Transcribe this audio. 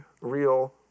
Real